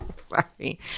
Sorry